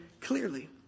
clearly